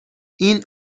این